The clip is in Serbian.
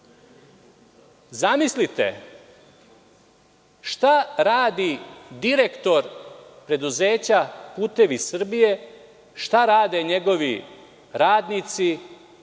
Zamislite šta radi direktor preduzeća „Putevi Srbije“, šta rade njegovi radnici,